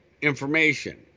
information